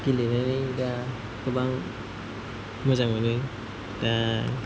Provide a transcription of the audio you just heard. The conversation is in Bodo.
गेलेनानै दा गोबां मोजां मोनो